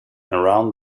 around